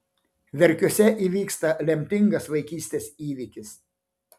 verkiuose įvyksta lemtingas vaikystės įvykis